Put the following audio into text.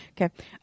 Okay